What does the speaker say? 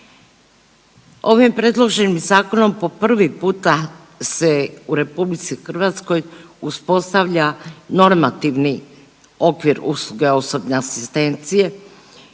Ovim predloženim zakonom po prvi puta se u RH uspostavlja normativni okvir usluga osobne asistencije.